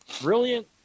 brilliant